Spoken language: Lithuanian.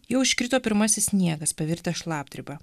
jau iškrito pirmasis sniegas pavirtęs šlapdriba